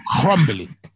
crumbling